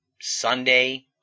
Sunday